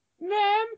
Ma'am